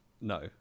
No